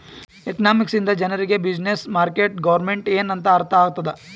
economics ಇಂದ ಜನರಿಗ್ business, market, government ಎನ್ ಅಂತ್ ಅರ್ಥ ಆತ್ತುದ್